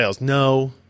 No